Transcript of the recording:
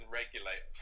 regulate